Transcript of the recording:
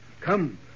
Come